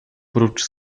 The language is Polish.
prócz